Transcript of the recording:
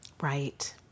Right